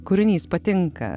kūrinys patinka